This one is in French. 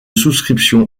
souscription